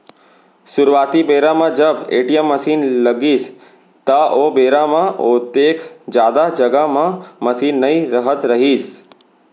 सुरूवाती बेरा म जब ए.टी.एम मसीन लगिस त ओ बेरा म ओतेक जादा जघा म मसीन नइ रहत रहिस